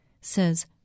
says